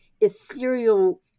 ethereal